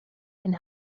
can